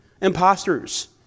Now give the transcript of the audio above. imposters